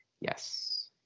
Yes